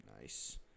Nice